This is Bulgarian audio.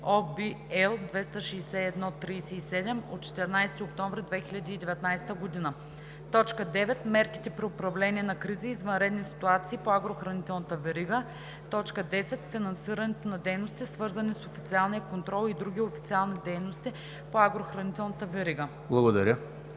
L 261/37 от 14 октомври 2019 г.); 9. мерките при управление на кризи и извънредни ситуации по агрохранителната верига; 10. финансирането на дейности, свързани с официалния контрол и други официални дейности по агрохранителната верига.“